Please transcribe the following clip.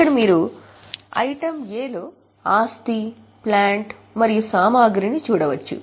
ఇక్కడ మీరు ఐటమ్ లో ఆస్తి ప్లాంట్ మరియు సామగ్రిని చూడవచ్చు